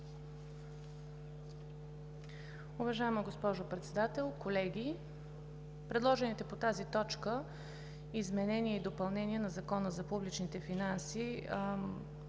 Уважаема госпожо Председател, колеги! Предложените по тази точка изменения и допълнения на Закона за публичните финанси